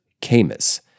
Camus